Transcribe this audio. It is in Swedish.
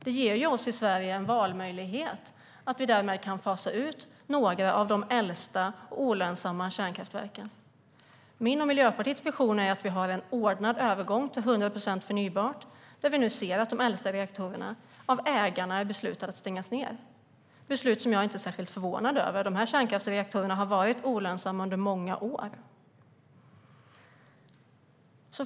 Det ger oss i Sverige en valmöjlighet att fasa ut några av de äldsta och olönsamma kärnkraftverken. Min och Miljöpartiets ambition är en övergång till 100 procent förnybart. Vi ser nu att ägarna till de äldsta reaktorerna har beslutat att stänga dem. Det är beslut som jag inte är särskilt förvånad över. Reaktorerna har varit olönsamma under många år.